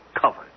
covered